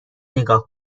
نگاه